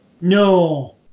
No